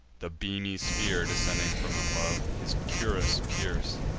the beamy spear, descending from above, his cuirass pierc'd,